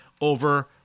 over